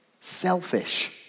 Selfish